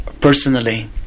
personally